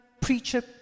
preacher